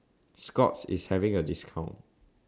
Scott's IS having A discount